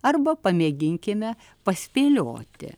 arba pamėginkime paspėlioti